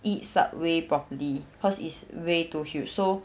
eat subway properly cause it's way too huge so